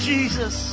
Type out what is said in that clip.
Jesus